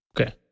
Okay